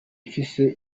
mfise